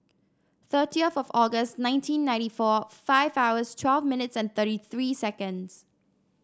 thirtieth of August nineteen ninety four five hours twelve minutes and thirty three seconds